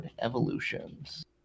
Evolutions